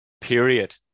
period